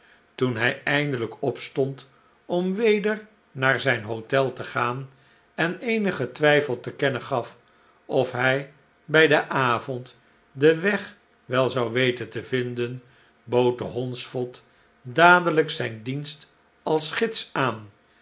toen hij eindelijk opstond om weder naar zijn hotel te gaan en eenigen twijfel te kennen gaf of hij bij den avond den weg wel zou weten te vinden bood de hondsvot dadelijk zijn dienst als gids aan